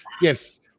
yes